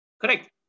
correct